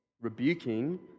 rebuking